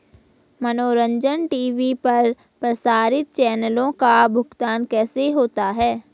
मनोरंजन टी.वी पर प्रसारित चैनलों का भुगतान कैसे होता है?